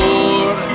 Lord